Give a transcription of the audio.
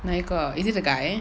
哪一个 is it the guy